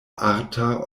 arta